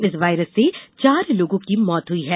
इस वायरस से चार लोगों की मौत हुई है